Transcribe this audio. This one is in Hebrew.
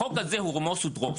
החוק הזה הוא רמוס ודרוס.